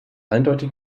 eindeutig